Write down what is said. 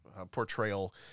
portrayal